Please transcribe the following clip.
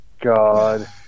God